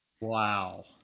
Wow